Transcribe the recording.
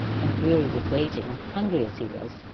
and weary with waiting, and hungry as he was,